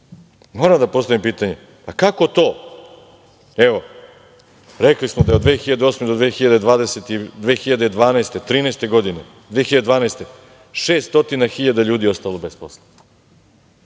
Moram da postavim pitanje – pa kako to, evo, rekli smo da je od 2008. godine do 2012, 2013. godine, 2012. godine 600.000 ljudi ostalo bez posla?